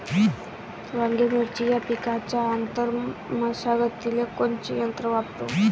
वांगे, मिरची या पिकाच्या आंतर मशागतीले कोनचे यंत्र वापरू?